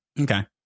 Okay